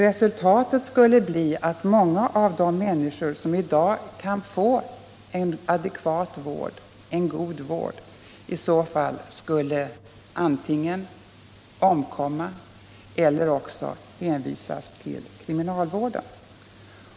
Resultatet skulle bli att många av de människor som i dag kan få en adekvat vård i så fall skulle antingen omkomma eller också hänvisas till kriminalvården.